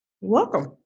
Welcome